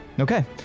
Okay